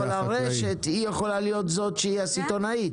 אבל הרשת היא יכולה להיות זאת שהיא הסיטונאית,